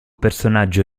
personaggio